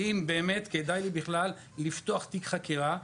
האם באמת כדאי לי בכלל לפתוח תיק חקירה,